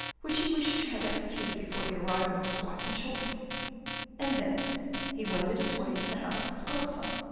which he wished to have executed before the arrival of his wife and children and thence he wended his way to the house of his godson,